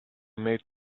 made